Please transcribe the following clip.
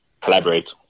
collaborate